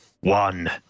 one